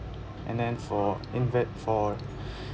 and then for inve~ for